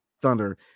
Thunder